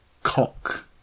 Cock